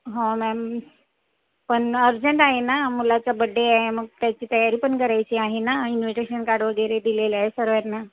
हो मॅम पण अर्जंट आहे ना मुलाचा बड्डे आहे मग त्याची तयारी पण करायची आहे ना इन्व्हिटेशन कार्ड वगैरे दिलेलं आहे सर्वांना